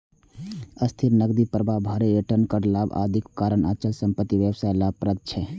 स्थिर नकदी प्रवाह, भारी रिटर्न, कर लाभ, आदिक कारण अचल संपत्ति व्यवसाय लाभप्रद छै